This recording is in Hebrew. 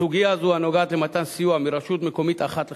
(סיוע לרשות מקומית אחרת בשעת-חירום),